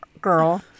Girl